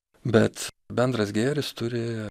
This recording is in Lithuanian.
bet bendras gėris turi